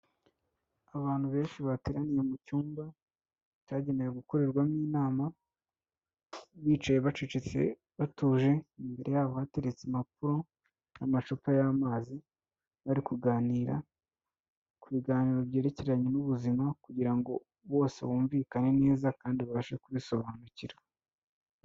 Abantu benshi bateraniye mu cyumba cyagenewe gukorerwamo inama, bicaye bacecetse batuje, imbere yabo hateretse impapuro, amacupa y'amazi, bari kuganira ku biganiro byerekeranye n'ubuzima, kugira ngo bose bumvikane neza kandi babashe kubisobanukira.